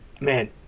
Man